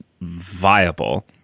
viable